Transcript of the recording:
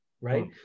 right